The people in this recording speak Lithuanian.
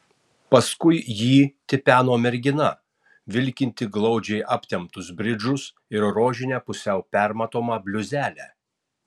paskui jį tipeno mergina vilkinti glaudžiai aptemptus bridžus ir rožinę pusiau permatomą bliuzelę